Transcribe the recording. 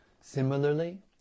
Similarly